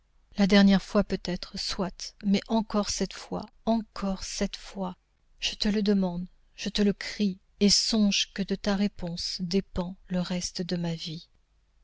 la dernière fois peut-être soit mais encore cette fois encore cette fois je te le demande je te le crie et songe que de ta réponse dépend le reste de ma vie